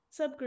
subgroup